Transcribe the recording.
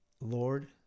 Lord